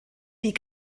die